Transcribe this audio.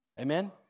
Amen